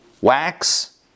wax